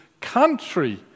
country